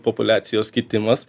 populiacijos kitimas